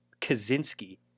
Kaczynski